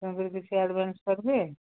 ତେଣୁକରି କିଛି ଆଡ଼ଭାନ୍ସ କରିବେ